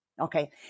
Okay